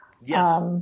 Yes